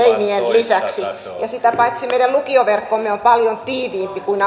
lisäksi sitä paitsi meidän lukioverkkomme on paljon tiiviimpi kuin